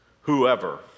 Whoever